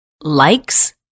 likes